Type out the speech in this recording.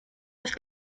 das